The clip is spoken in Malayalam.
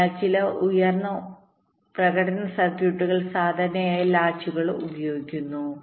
അതിനാൽ ചില ഉയർന്ന പ്രകടന സർക്യൂട്ടുകൾ സാധാരണയായി ലാച്ചുകൾ ഉപയോഗിക്കുന്നു